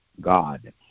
God